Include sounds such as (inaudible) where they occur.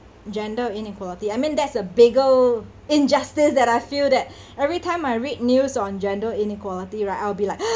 gender inequality I mean that's a bigger injustice that I feel that every time I read news on gender inequality right I'll be like (noise)